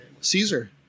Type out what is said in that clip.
caesar